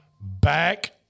back